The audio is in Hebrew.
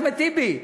אחמד טיבי?